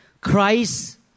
Christ